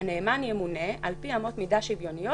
"הנאמן ימונה על-פי אמות מידה שוויוניות